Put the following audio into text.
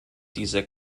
diese